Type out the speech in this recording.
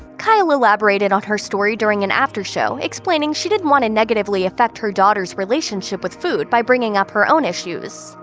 kyle elaborated on her story during an after-show, explaining she didn't want to negatively affect her daughters relationship with food by bringing up her own issues.